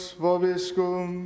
vobiscum